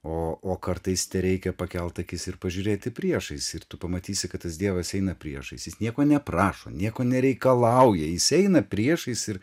o o kartais tereikia pakelti akis ir pažiūrėti priešais ir tu pamatysi kad tas dievas eina priešais jis nieko neprašo nieko nereikalauja jis eina priešais ir